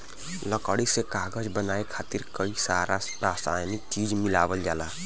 लकड़ी से कागज बनाये खातिर कई सारा रासायनिक चीज मिलावल जाला